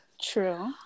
True